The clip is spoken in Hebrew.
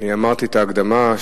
אמרתי את ההקדמה,